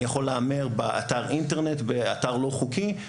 אני יכול להמר באתר אינטרנט לא חוקי.